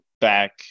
back